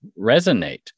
resonate